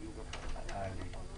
הראשונה של סיעת הרשימה המשותפת ומרצ?